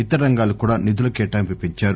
ఇతర రంగాలకు కూడా నిధుల కేటాయింపు పెంచారు